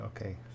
okay